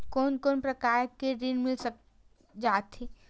कोन कोन प्रकार के ऋण मिल जाथे?